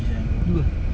tu lah